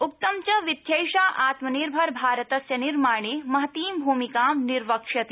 उक्तं च वीथ्यैषा आत्मनिर्भर भारतस्य निर्माणे महतीं भूमिकां निर्वक्ष्यति